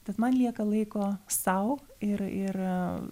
tad man lieka laiko sau ir ir